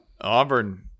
Auburn